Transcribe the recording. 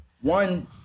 One